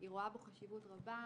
היא רואה בו חשיבות רבה,